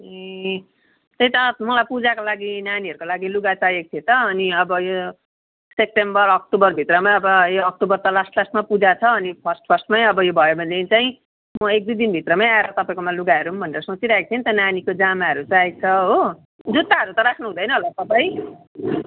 ए त्यही त मलाई पूजाको लागि नानीहरूको लागि लुगा चाहिएको थियो त अनि अब यो सेप्टेम्बर अक्टोबरभित्रमा अब यो अक्टोबर त लास्ट लास्टमा पूजा छ अनि फर्स्ट फर्स्टमै अब यो भयो भने चाहिँ म एक दुई दिनभित्रमै आएर तपाईँकोमा लुगा हेरौँ भनेर सोचिरहेको थिएँ नि त नानीको जामाहरू चाहिएको छ हो जुत्ताहरू त राख्नु हुँदैन होला तपाईँ